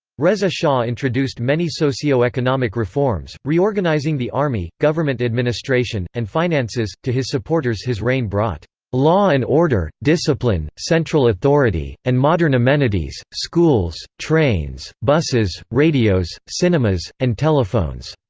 reza shah introduced many socio-economic reforms, reorganizing the army, government administration, and finances to his supporters his reign brought law and order, discipline, central authority, and modern amenities schools, trains, buses, radios, cinemas, and telephones.